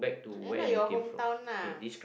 ya lah your hometown ah